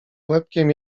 łebkiem